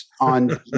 on